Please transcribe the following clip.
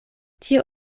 tio